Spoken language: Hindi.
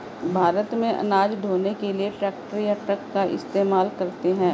भारत में अनाज ढ़ोने के लिए ट्रैक्टर या ट्रक का इस्तेमाल करते हैं